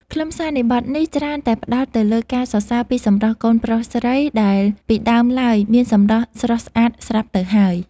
ខ្លឹមសារនៃបទនេះច្រើនតែផ្តោតទៅលើការសរសើរពីសម្រស់កូនប្រុសស្រី ដែលពីដើមឡើយមានសម្រស់ស្រស់ស្អាតស្រាប់ទៅហើយ